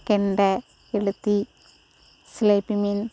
கெண்டை கெளுத்தி சிலேபி மீன்